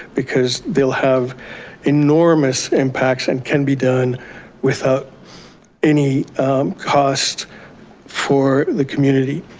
because they'll have enormous impacts and can be done without any cost for the community,